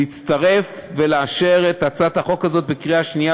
להצטרף ולאשר את הצעת החוק הזאת בקריאה שנייה